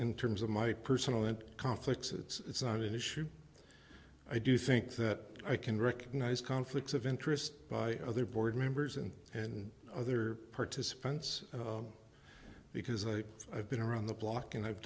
in terms of my personal and conflicts it's not an issue i do think that i can recognise conflicts of interest by other board members and and other participants because i have been around the block and i've